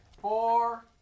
four